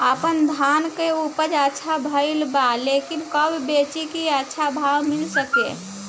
आपनधान के उपज अच्छा भेल बा लेकिन कब बेची कि अच्छा भाव मिल सके?